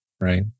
right